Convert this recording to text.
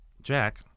Jack